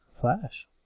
Flash